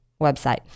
website